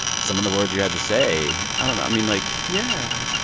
some of the words you had to say i don't know i mean, like. yeah,